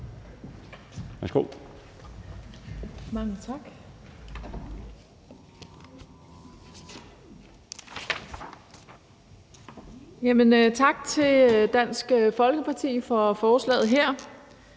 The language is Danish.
tak til Dansk Folkeparti for forslaget her.